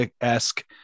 esque